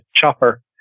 chopper